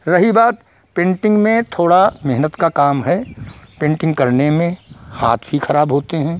रही बात पेन्टिन्ग में थोड़ा मेहनत का काम है पेन्टिन्ग करने में हाथ भी ख़राब होते हैं